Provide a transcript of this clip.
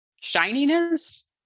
shininess